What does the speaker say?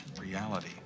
reality